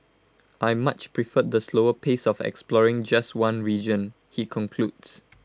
I much preferred the slower pace of exploring just one region he concludes